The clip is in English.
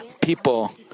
people